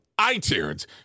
iTunes